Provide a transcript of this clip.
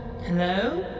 Hello